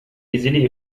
easily